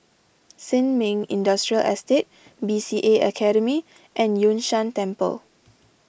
Sin Ming Industrial Estate B C A Academy and Yun Shan Temple